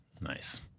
Nice